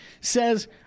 says